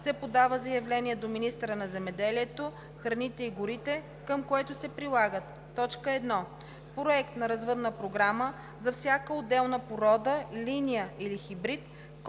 се подава заявление до министъра на земеделието, храните и горите, към което се прилагат: 1. проект на развъдна програма за всяка отделна порода, линия или хибрид,